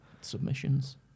Submissions